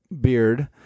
beard